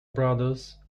brothers